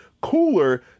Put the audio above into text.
cooler